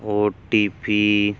OTP